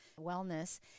wellness